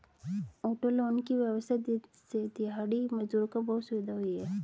auto loan की व्यवस्था से दिहाड़ी मजदूरों को बहुत सुविधा हुई है